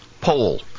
Poll